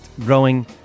growing